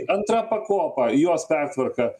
antra pakopa jos pertvarka